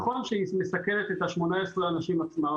נכון שהיא מסכנת את 18 האנשים עצמם,